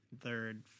third